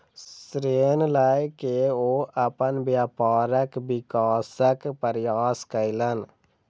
ऋण लय के ओ अपन व्यापारक विकासक प्रयास कयलैन